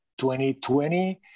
2020